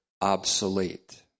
obsolete